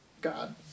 God